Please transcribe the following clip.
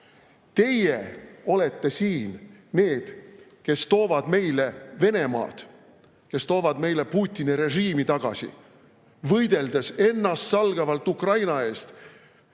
Teie olete siin need, kes toovad meile Venemaad, Putini režiimi tagasi. Võideldes ennastsalgavalt Ukraina eest,